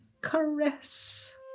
caress